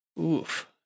oof